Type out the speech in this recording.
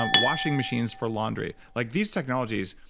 um washing machines for laundry like these technologies,